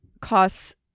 costs